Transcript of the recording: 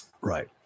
Right